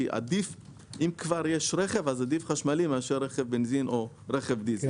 כי אם כבר יש רכב אז עדיף חשמלי מאשר רכב בנזין או רכב דיזל,